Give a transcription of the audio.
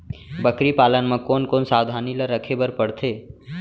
बकरी पालन म कोन कोन सावधानी ल रखे बर पढ़थे?